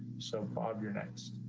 so, bob, your next